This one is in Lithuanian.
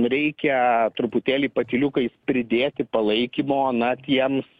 reikia truputėlį patyliukais pridėti palaikymo na tiems